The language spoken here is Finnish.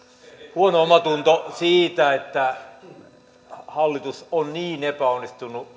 huono omatunto siitä että hallitus on niin epäonnistunut